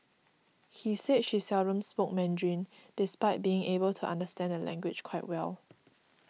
he say she seldom spoke Mandarin despite being able to understand the language quite well